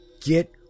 get